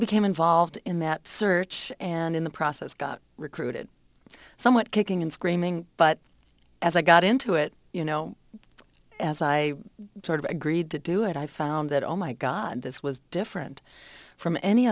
became involved in that search and in the process got recruited somewhat kicking and screaming but as i got into it you know as i sort of agreed to do it i found that oh my god this was different from any